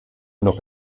noch